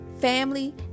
family